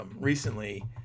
recently